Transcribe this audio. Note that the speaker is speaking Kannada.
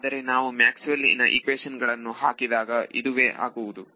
ಆದರೆ ನಾವು ಮ್ಯಾಕ್ಸ್ವೆಲ್ ಇನ ಇಕ್ವೇಶನ್ ಗಳನ್ನು ಹಾಕಿದಾಗ ಇದುವೇ ಆಗುವುದು